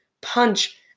punch